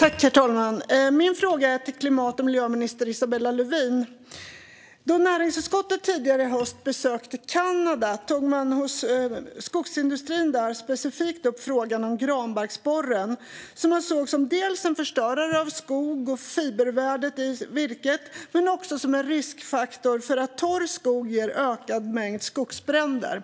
Herr talman! Min fråga är till miljö och klimatminister Isabella Lövin. Då näringsutskottet tidigare i höst besökte Kanada tog man hos skogsindustrin där specifikt upp frågan om granbarkborren, som man ser som en förstörare av skog och fibervärdet i virke men också som en riskfaktor eftersom torr skog ger ökad mängd skogsbränder.